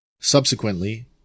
Subsequently